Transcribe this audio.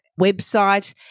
website